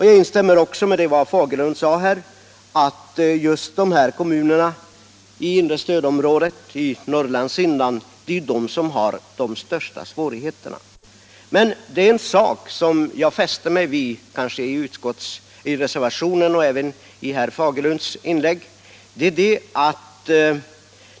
Jag instämmer också i vad herr Fagerlund sade, att just de här kommunerna i inre stödområdet i Norrlands inland har de största svårigheterna. Jag fäste mig vid en sak i reservationen och i herr Fagerlunds inlägg.